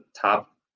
top